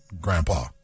grandpa